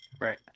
Right